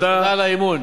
תודה על האמון.